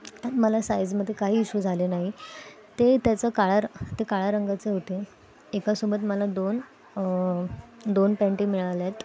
त्यात मला साईजमध्ये काही इशूज आले नाही ते त्याचं काळ्या रं ते काळ्या रंगाचे होते एका सोबत मला दोन दोन पँटी मिळाल्या आहेत